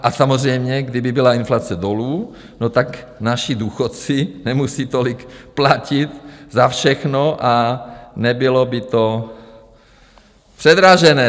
A samozřejmě, kdyby byla inflace dolů, naši důchodci nemusí tolik platit za všechno a nebylo by to předražené.